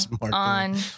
on